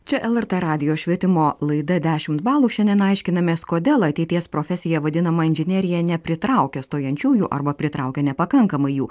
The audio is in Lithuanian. čia lrt radijo švietimo laida dešimt balų šiandien aiškinamės kodėl ateities profesija vadinama inžinerija nepritraukia stojančiųjų arba pritraukia nepakankamai jų